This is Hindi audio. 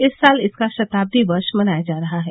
इस साल इसका शताब्दी वर्ष मनाया जा रहा है